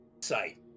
site